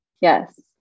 Yes